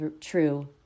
true